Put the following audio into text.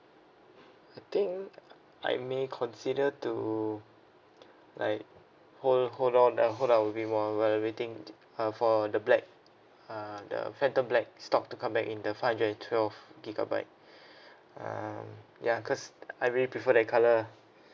I think I may consider to like hold hold on uh hold our we while while waiting uh for the black uh the phantom black stock to come back in the five hundred and twelve gigabyte um ya because I really prefer that colour lah